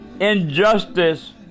injustice